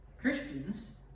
Christians